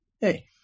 Hey